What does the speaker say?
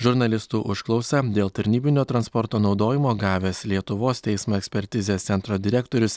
žurnalistų užklausą dėl tarnybinio transporto naudojimo gavęs lietuvos teismo ekspertizės centro direktorius